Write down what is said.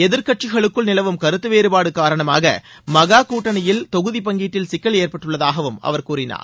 எதிர்க்கட்சிகளுக்குள் நிலவும் கருத்து வேறுபாடு காரணமாக மகா கூட்டணியில் தொகுதி பங்கீட்டில் சிக்கல் ஏற்பட்டுள்ளதாகவும் அவர் கூறினார்